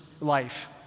life